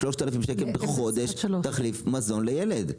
3000 שקל בחודש תחליף מזון לילד.